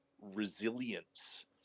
resilience